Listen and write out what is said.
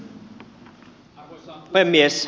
arvoisa puhemies